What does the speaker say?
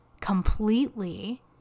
completely